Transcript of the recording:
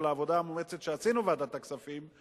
על העבודה המואצת שעשינו בוועדת הכספים,